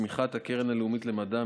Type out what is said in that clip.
בתמיכת הקרן הלאומית למדע,